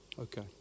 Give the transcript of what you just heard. Okay